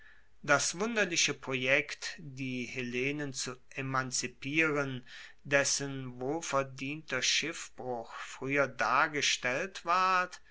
das wunderliche projekt die hellenen zu emanzipieren dessen wohlverdienter schiffbruch frueher dargestellt ward